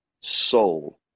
soul